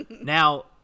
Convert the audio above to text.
Now